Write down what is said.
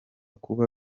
kuba